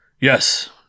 Yes